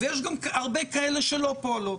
ויש גם הרבה כאלה שלא פועלות.